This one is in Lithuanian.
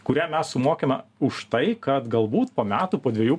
kurią mes sumokame už tai kad galbūt po metų po dviejų